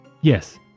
yes